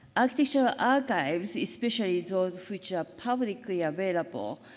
architectural archives, especially those which are publicly available,